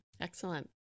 Excellent